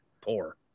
poor